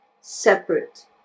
separate